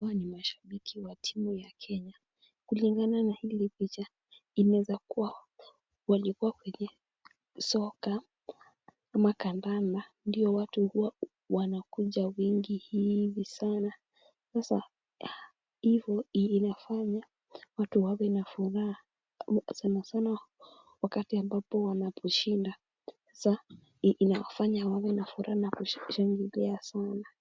Hawa ni mashabiki wa timu ya Kenya. Kulingana na hili picha inaweza kuwa walikuwa kwenye soka, ama kandanda ndio watu huwa wanakuja wingi hivi sana. Sasa hivo inafanya watu wawe na furaha. Unapata sana sana wakati ambapo wanaposhinda, sasa inawafanyawawe na furaha na kushangilia sana.